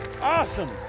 Awesome